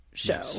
show